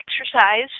exercise